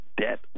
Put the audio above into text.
debt